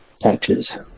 Patches